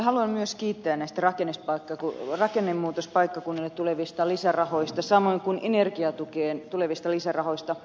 haluan myös kiittää näistä rakennemuutospaikkakunnille tulevista lisärahoista samoin kuin energiatukeen tulevista lisärahoista